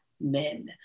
men